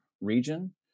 region